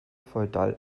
feudal